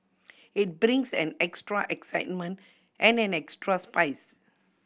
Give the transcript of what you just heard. it brings an extra excitement and an extra spice